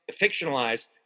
fictionalized